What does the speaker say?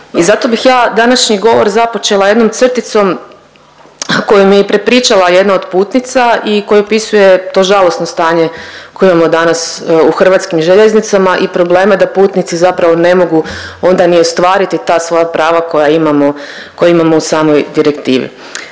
i zato bih ja današnji govor započela jednom crticom koju mi je prepričala jedna od putnica i koja opisuje to žalosno stanje koje imamo danas u HŽ-u i probleme da putnici zapravo ne mogu onda ni ostvariti ta svoja prava koja imamo u samoj direktivi.